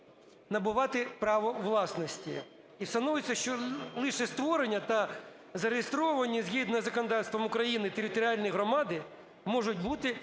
набувати право власності, і встановлюється, що лише створені та зареєстровані згідно із законодавством України територіальні громади можуть бути